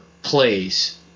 Plays